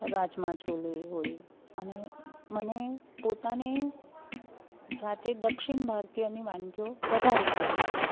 રાજમાં છોલે હોય અને મને પોતાને જાતે દક્ષિણ ભારતીયની વાનગીઓ વધારે ગમે છે